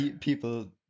people